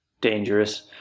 dangerous